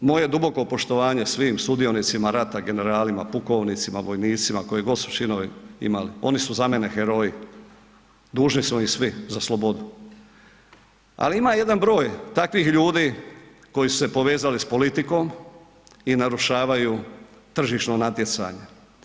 Moje duboko poštovanje svim sudionicima rata, generalima, pukovnicima, vojnicima koje god su činove imali, oni su za mene heroji, dužni smo im svi za slobodu, ali ima jedan broj takvih ljudi koji su se povezali s politikom i narušavaju tržišno natjecanje.